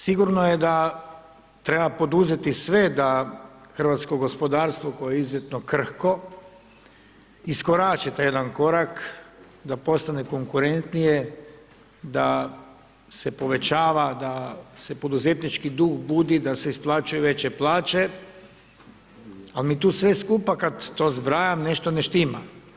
Sigurno je da treba poduzeti sve da hrvatsko gospodarstvo koje je izuzetno krhko iskorači taj jedan korak, da postane konkurentnije, da se povećava, da se poduzetnički duh budu, da se isplaćuju veće plaće ali mi tu sve skupa kada to zbrajam nešto ne štima.